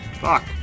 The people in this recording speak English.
fuck